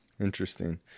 Interesting